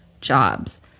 jobs